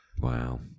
Wow